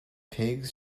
pigs